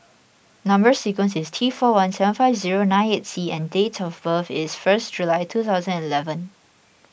Number Sequence is T four one seven five zero nine eight C and date of birth is first July two thousand and eleven